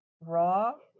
Raw